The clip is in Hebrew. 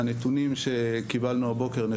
הנתונים שקיבלנו הבוקר,